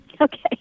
Okay